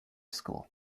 school